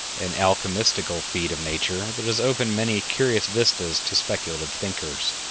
an alchemistical feat of nature that has opened many curious vistas to speculative thinkers.